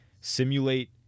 simulate